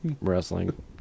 Wrestling